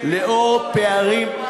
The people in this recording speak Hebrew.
לאור פערים,